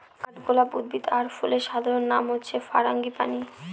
কাঠগলাপ উদ্ভিদ আর ফুলের সাধারণ নাম হচ্ছে ফারাঙ্গিপানি